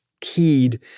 Keyed